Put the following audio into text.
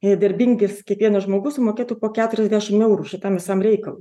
ir darbintis kiekvienas žmogus sumokėtų po keturiasdešimt eurų šitam visam reikalui